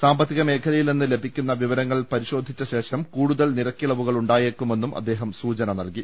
സാമ്പത്തികമേഖലയിൽ നിന്ന് ലഭിക്കുന്ന വിവരങ്ങൾ പരിശോധിച്ചശേഷം കൂടുതൽ നിരക്കിളവുകൾ ഉണ്ടായേക്കു മെന്നും അദ്ദേഹം സൂചന നൽകി